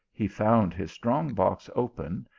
he found his strong box open,